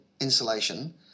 insulation